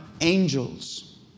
angels